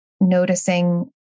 Noticing